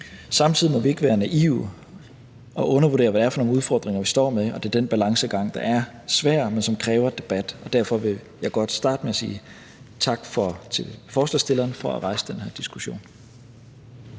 Samtidig må vi ikke være naive og undervurdere, hvad det er for nogle udfordringer, vi står over for, og det er den balancegang, der er svær, men som kræver debat. Derfor vil jeg godt slutte med at sige tak til forslagsstillerne for at rejse den her diskussion.